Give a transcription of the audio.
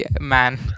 man